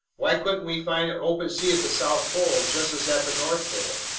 why wouldn't we find open sea at the south pole just as at the north pole?